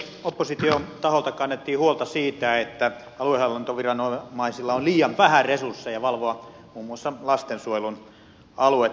opposition taholta kannettiin huolta siitä että aluehallintoviranomaisilla on liian vähän resursseja valvoa muun muassa lastensuojelun aluetta